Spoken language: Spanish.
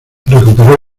recuperó